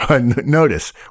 Notice